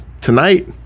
tonight